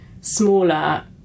smaller